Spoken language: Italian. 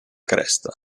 cresta